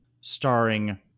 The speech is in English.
starring